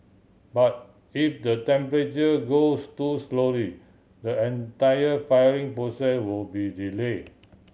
but if the temperature goes too slowly the entire firing process will be delay